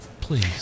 Please